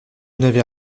n’avais